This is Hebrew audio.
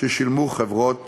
ששילמו חברות